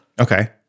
Okay